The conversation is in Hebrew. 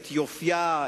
את יופיה,